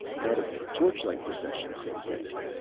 head of the torchlight procession, says sandy.